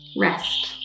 rest